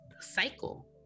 cycle